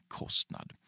kostnad